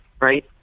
right